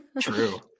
True